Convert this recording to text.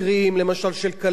למשל של כלבת,